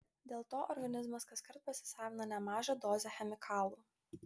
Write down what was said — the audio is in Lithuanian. dėl to organizmas kaskart pasisavina nemažą dozę chemikalų